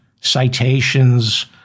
citations